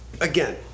Again